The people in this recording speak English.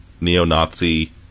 neo-Nazi